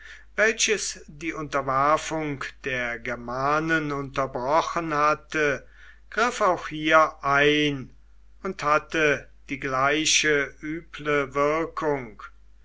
welches die unterwerfung der germanen unterbrochen hatte griff auch hier ein und hatte die gleiche üble wirkung